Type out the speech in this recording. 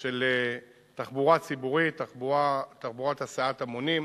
של תחבורה ציבורית, תחבורת הסעת המונים.